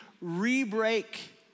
re-break